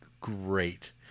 great